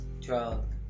drug